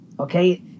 Okay